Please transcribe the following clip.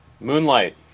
Moonlight